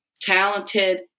talented